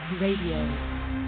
Radio